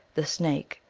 the snake,